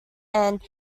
avarice